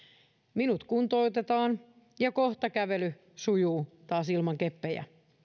minut kuntoutetaan ja kohta kävely sujuu taas ilman keppejä